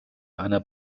einer